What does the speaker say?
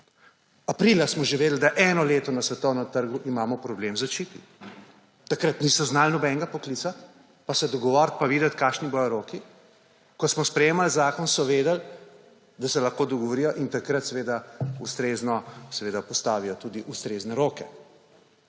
Aprila smo že vedeli, da eno leto na svetovnem trgu imamo problem s čipi. Takrat niso znali nobenega poklicati in se dogovoriti in videti, kakšni bodo roki? Ko smo sprejemali zakon, so vedeli, da se lahko dogovorijo in takrat seveda ustrezno postavijo tudi ustrezne roke.